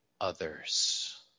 others